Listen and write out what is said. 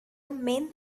main